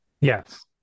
Yes